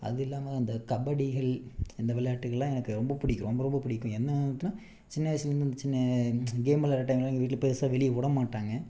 அது இல்லாமல் அந்த கபடிகள் இந்த விளையாட்டுகள்லாம் எனக்கு ரொம்ப பிடிக்கும் ரொம்ப ரொம்ப பிடிக்கும் என்னதுனா சின்ன வயசில் இருந்து இந்த சின்ன கேம் விளையாடுற டைமில் எங்கள் வீட்டில் பெருசாக வெளியே விடமாட்டாங்க